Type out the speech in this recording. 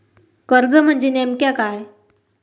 कर्ज म्हणजे नेमक्या काय?